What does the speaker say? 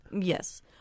yes